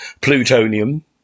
plutonium